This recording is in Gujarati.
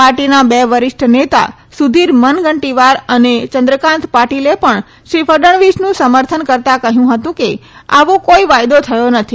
પાર્ટીના બે વરિષ્ઠ નેતા સુધીર મનગંટીવાર અને ચંદ્રકાન્ત પાટિલે પણ શ્રી ફડણવીસનું સમર્થન કરતા કહ્યું હતું કે આવો કોઈ વાયદો થયો નથી